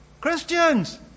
Christians